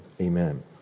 Amen